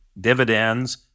dividends